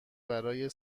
برای